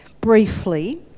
briefly